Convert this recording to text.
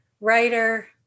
writer